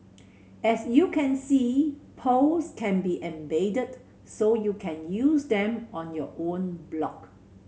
as you can see polls can be embedded so you can use them on your own blog